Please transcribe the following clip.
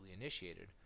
initiated